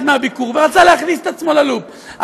מהביקור ורצה להכניס את עצמו ללופ.